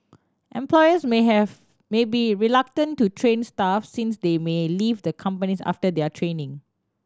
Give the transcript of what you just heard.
employers may have may be reluctant to train staff since they may leave the companies after their training